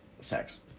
Sex